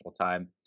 time